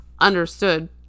Understood